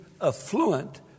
affluent